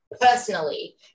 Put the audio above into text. personally